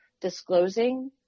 disclosing